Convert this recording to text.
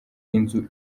inzu